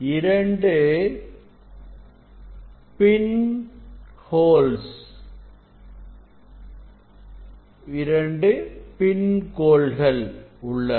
இரண்டு பின் கோள்கள் உள்ளன